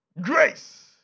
grace